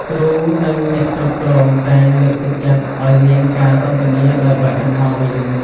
គ្រូ និងអ្នកគ្រប់គ្រងតែងលើកទឹកចិត្តឲ្យមានការសន្ទនាដោយបើកចំហវិញ។